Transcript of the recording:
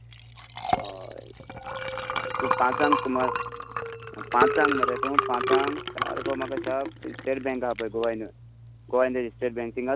हय हय तूं पाचांक सुमार पाचांक मरे तूं पाचांक सारको म्हाका शार्प स्टॅट बेंक आहा पय गोवा युनिव गोवा युनिवर्सिटी स्टॅट बेंक थिंगासोर